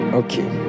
okay